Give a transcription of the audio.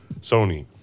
Sony